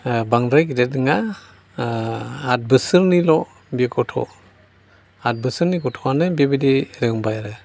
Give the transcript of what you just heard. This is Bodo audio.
बांद्राय गिदिर नङा आथ बोसोरनिल' बे गथ' आथ बोसोरनि गथ'आनो बिबादि रोंबाय आरो